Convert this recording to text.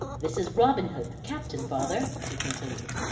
this is robin hood, the captain, father, he continued,